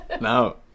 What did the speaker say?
No